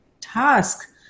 task